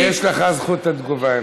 יש לך זכות התגובה,